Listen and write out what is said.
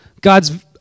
God's